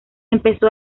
empezó